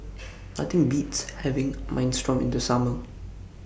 Nothing Beats having Minestrone in The Summer